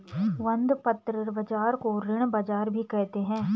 बंधपत्र बाज़ार को ऋण बाज़ार भी कहते हैं